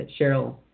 Cheryl